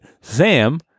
sam